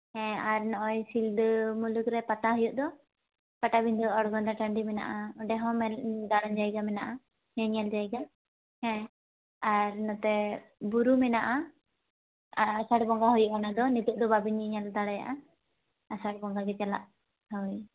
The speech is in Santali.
ᱦᱮᱸ ᱟᱨ ᱱᱚᱜᱼᱚᱭ ᱥᱤᱞᱫᱟᱹ ᱢᱩᱞᱩᱠ ᱨᱮ ᱯᱟᱛᱟ ᱦᱩᱭᱩᱜ ᱫᱚ ᱯᱟᱴᱟᱵᱤᱸᱫᱷᱟᱹ ᱳᱲᱜᱚᱸᱫᱟ ᱴᱟᱺᱰᱤ ᱢᱮᱱᱟᱜᱼᱟ ᱚᱸᱰᱮ ᱦᱚᱸ ᱫᱟᱬᱟᱱ ᱡᱟᱭᱜᱟ ᱢᱮᱱᱟᱜᱼᱟ ᱧᱮᱧᱞ ᱡᱟᱭᱜᱟ ᱦᱮᱸ ᱟᱨ ᱱᱚᱛᱮ ᱵᱩᱨᱩ ᱢᱮᱱᱟᱜᱼᱟ ᱟᱨ ᱟᱥᱟᱲ ᱵᱚᱸᱜᱟ ᱦᱩᱭᱩᱜᱼᱟ ᱚᱱᱟ ᱫᱚ ᱱᱤᱛᱳᱜ ᱫᱚ ᱵᱟᱵᱤᱱ ᱧᱮᱞ ᱫᱟᱲᱮᱭᱟᱜᱼᱟ ᱟᱥᱟᱲ ᱵᱚᱸᱜᱟ ᱜᱮ ᱪᱟᱞᱟᱜ ᱦᱳᱭ